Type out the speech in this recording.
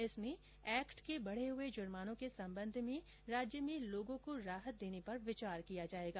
इसमें एक्ट के बढे हुए जुर्मानों के सम्बन्ध में राज्य में लोगों को राहत देने पर विचार किया जाएगा